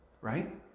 right